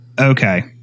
Okay